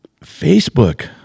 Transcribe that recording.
Facebook